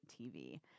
TV